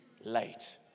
late